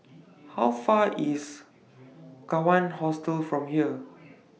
How Far IS Kawan Hostel from here